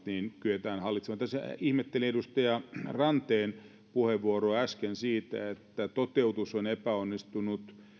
kyetään hallitsemaan tässä ihmettelin edustaja ranteen puheenvuoroa äsken siitä että toteutus on epäonnistunut